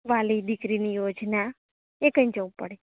વ્હાલી દીકરીની યોજના એ ક્યાં જવું પડે